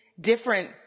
different